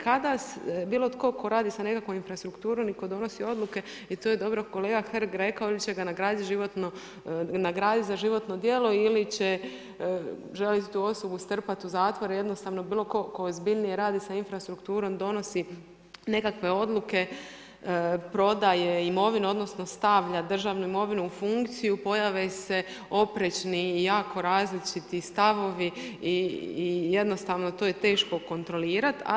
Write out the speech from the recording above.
Kada bilo tko tko radi sa nekakvom infrastrukturom i tko donosi odluke i to je dobro kolega Hrg rekao oni će ga nagraditi za životno djelo ili će želiti tu osobu strpati u zatvor, jednostavno bilo tko ozbiljnije radi sa infrastrukturom donosi nekakve odluke, prodaje imovinu odnosno stavlja državnu imovinu u funkciju pojave se oprečni i jako različiti stavovi i jednostavno to je teško kontrolirati.